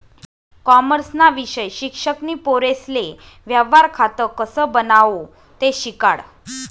कॉमर्सना विषय शिक्षक नी पोरेसले व्यवहार खातं कसं बनावो ते शिकाडं